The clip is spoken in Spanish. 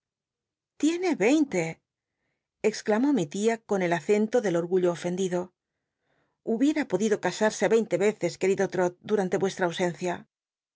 l'iene veinte exclamó mi tia con el acento del orgullo ofendido hubiera podido casarse veinte veces querido l'rot duianle vuostm ausencia